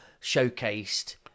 showcased